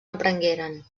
reprengueren